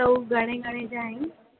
त हो घणे घणे जा आहिनि